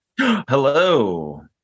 Hello